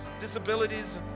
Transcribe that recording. disabilities